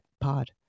Pod